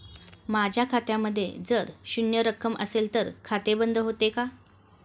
माझ्या खात्यामध्ये जर शून्य रक्कम असेल तर खाते बंद होते का?